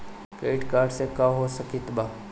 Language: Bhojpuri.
क्रेडिट कार्ड से का हो सकइत बा?